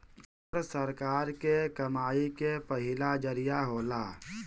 कर सरकार के कमाई के पहिला जरिया होला